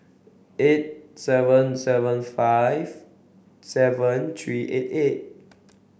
eight seven seven five seven three eight eight